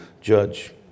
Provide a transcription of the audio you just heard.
judge